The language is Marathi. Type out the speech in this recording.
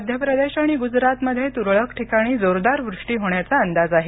मध्य प्रदेश आणि गुजरातमध्ये तुरळक ठिकाणी जोरदार वृष्टी होण्याचा अंदाज आहे